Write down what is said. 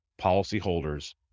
policyholders